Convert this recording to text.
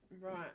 right